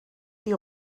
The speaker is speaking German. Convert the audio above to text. die